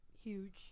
huge